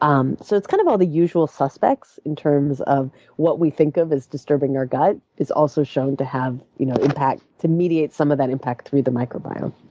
um so it's kind of all the usual suspects in terms of what we think of as disturbing our gut is also shown to have you know impact it's immediate, some of that impact, through the microbiome.